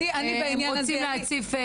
הם רוצים להציף.